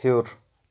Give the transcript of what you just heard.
ہیوٚر